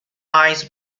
eyes